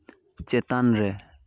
ᱪᱮᱛᱟᱱ ᱨᱮ